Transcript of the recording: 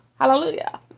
hallelujah